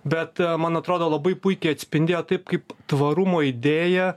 bet man atrodo labai puikiai atspindėjo taip kaip tvarumo idėja